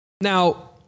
Now